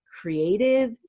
creative